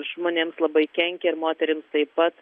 žmonėms labai kenkia ir moterims taip pat